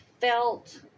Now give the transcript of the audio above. felt